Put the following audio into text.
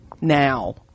Now